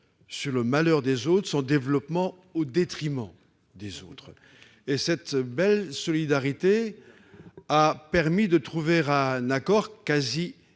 sur le malheur des autres, ni son développement au détriment de celui des autres ! Cette belle solidarité a permis de trouver un accord quasi